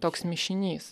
toks mišinys